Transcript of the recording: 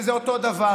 שזה אותו דבר,